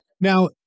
Now